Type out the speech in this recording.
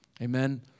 Amen